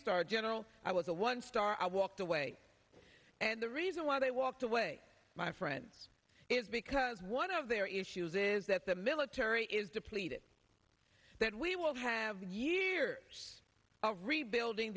star general i was a one star i walked away and the reason why they walked away my friends is because one of their issues is that the military is depleted that we will have years of rebuilding